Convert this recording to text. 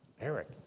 Eric